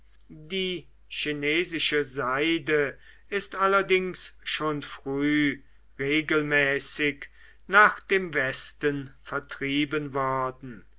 die chinesische seide ist allerdings schon früh regelmäßig nach dem westen vertrieben worden